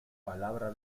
palabra